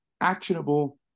actionable